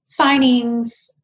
signings